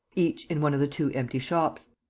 each in one of the two empty shops.